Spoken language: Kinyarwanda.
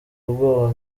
ubwoba